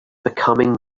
becoming